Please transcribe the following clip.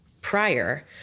prior